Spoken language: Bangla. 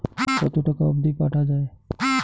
কতো টাকা অবধি পাঠা য়ায়?